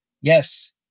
yes